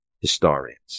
historians